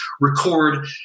record